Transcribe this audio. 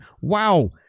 wow